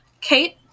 Kate